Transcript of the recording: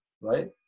right